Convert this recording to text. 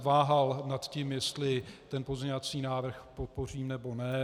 Váhal jsem nad tím, jestli ten pozměňovací návrh podpořím, nebo ne.